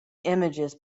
images